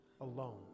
alone